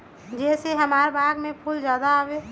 जे से हमार बाग में फुल ज्यादा आवे?